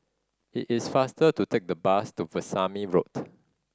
it is faster to take the bus to Veesamy Road